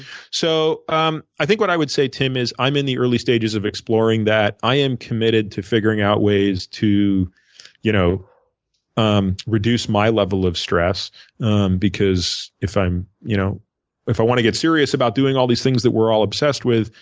so um i think what i would say, tim, is i'm in the early stages of exploring that. i am committed to figuring out ways to you know um reduce my level of stress because if you know i want to get serious about doing all these things that we're all obsessed with,